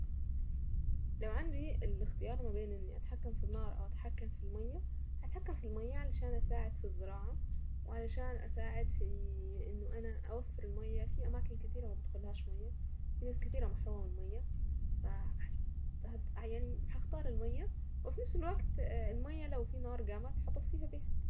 لو عندي الاختيار ما بين اني اتحكم في النار او اتحكم في المية اتحكم في الماية علشان اساعد في الزراعة وعلشان اساعد في انه انا اوفر المية في اماكن كتيرة ما بيدخلهاش مية في ناس كتيرة محرومة من المية هختار المية وفي نفس الوقت المية لو في نار قامت هطفيها بيها.